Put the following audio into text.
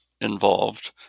involved